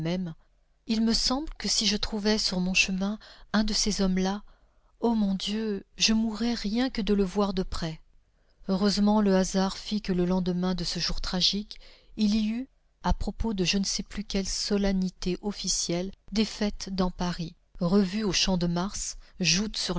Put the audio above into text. il me semble que si je trouvais sur mon chemin un de ces hommes-là ô mon dieu je mourrais rien que de le voir de près heureusement le hasard fit que le lendemain de ce jour tragique il y eut à propos de je ne sais plus quelle solennité officielle des fêtes dans paris revue au champ de mars joutes